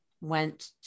went